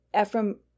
Ephraim